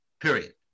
period